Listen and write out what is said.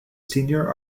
senior